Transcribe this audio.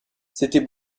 c’était